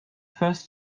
first